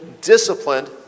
disciplined